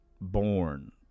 born